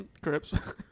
Crips